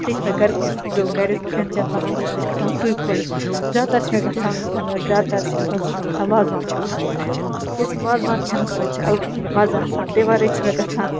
اِسلیے چھُ مےٚ گَرِکُے یُس گَرِ أسۍ کھٮ۪ن چٮ۪ن بَناوان چھِ مےٚ گژھان سُے خۄش زیادٕ تَر چھِ مےٚ گژھان یُس زَن مےٚ زیادٕ تَر چھِ گژھان سُہ چھُ مےٚ گژھان وازوان خۄش کیٛازِکہِ وازوان کھٮ۪نَس منٛز چھِ اَلگٕے مَزٕ آسان تَمہِ وَرٲے چھِ مےٚ گژھان